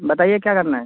बताइए क्या करना है